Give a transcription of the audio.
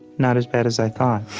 not as bad as i thought.